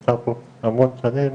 שנמצא פה המון שנים,